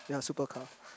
ya super car